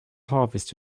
harvest